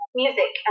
music